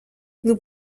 nous